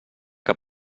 que